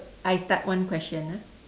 I start one question ah